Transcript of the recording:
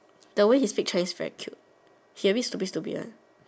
the way he speak Chinese very cute he a bit stupid stupid one